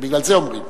בגלל זה אומרים.